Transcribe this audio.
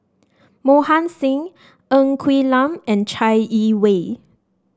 Mohan Singh Ng Quee Lam and Chai Yee Wei